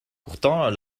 pourtant